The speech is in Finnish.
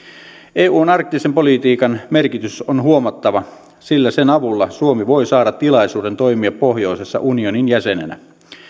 eun arktisen politiikan merkitys on huomattava sillä sen avulla suomi voi saada tilaisuuden toimia pohjoisessa unionin jäsenenä